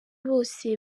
bose